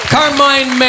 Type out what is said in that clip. Carmine